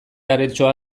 aletxoa